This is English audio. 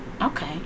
okay